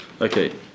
Okay